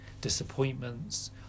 disappointments